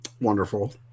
Wonderful